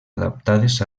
adaptades